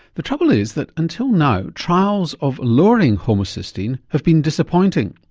the trouble is that until now trials of lowering homocysteine have been disappointing.